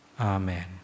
Amen